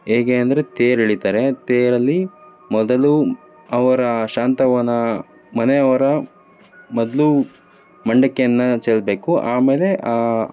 ಹೇಗೆ ಅಂದರೆ ತೇರು ಎಳಿತಾರೆ ತೇರಲ್ಲಿ ಮೊದಲು ಅವರ ಶಾಂತವ್ವನ ಮನೆಯವ್ರು ಮೊದ್ಲು ಮಂಡಕ್ಕಿಯನ್ನು ಚೆಲ್ಲಬೇಕು ಆಮೇಲೆ ಆ